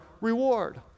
reward